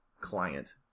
client